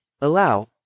Allow